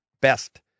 best